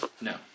No